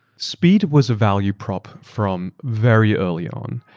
speed was a value prop from very early on.